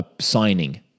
signing